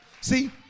See